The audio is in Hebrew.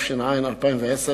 התש"ע 2010,